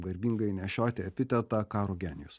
garbingai nešioti epitetą karo genijus